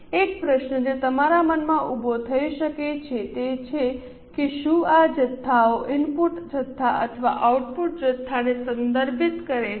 હવે એક પ્રશ્ન જે તમારા મનમાં ઉભો થઈ શકે છે તે છે કે શું આ જથ્થાઓ ઇનપુટ જથ્થા અથવા આઉટપુટ જથ્થાને સંદર્ભિત કરે છે